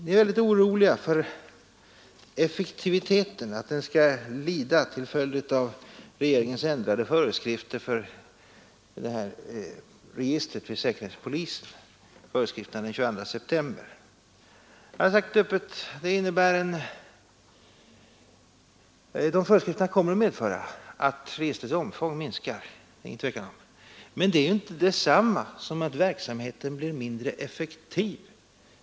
Ni är väldigt oroliga för att effektiviteten skall bli lidande på de ändrade föreskrifterna av den 22 september för registret hos säkerhetspolisen. Jag har öppet sagt: Föreskrifterna kommer att medföra att registrets omfång minskar — det är ingen tvekan om detta. Men det är inte detsamma som att verksamheten blir mindre effektiv.